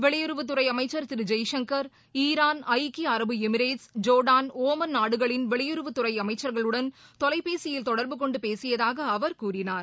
வெளியுறவுத்துறைஅமைச்சர் திருஜெய்சங்கர் Iran ஐக்கிய அரபு Emirates Jordan Oman நாடுகளின் வெளியுறவுத்துறைஅமைச்சர்களுடன் தொலைபேசியில் தொடர்பு கொண்டுபேசியதாகஅவர் கூறினார்